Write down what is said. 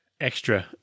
extra